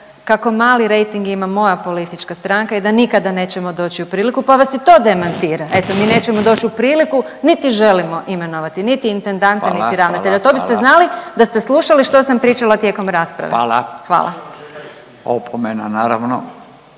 kako mali rejting ima moja politička stranka i da nikada nećemo doći u priliku pa vas i to demantira, eto mi nećemo doć u priliku niti želimo imenovati niti intendanta …/Upadica Radin: Hvala, hvala./… niti ravnatelja, to biste znali da ste slušali što sam pričala tijekom rasprave. Hvala. **Radin, Furio